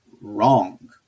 wrong